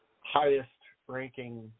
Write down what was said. highest-ranking